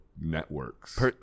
networks